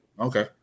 Okay